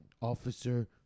Officer